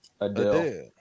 Adele